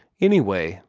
anyway,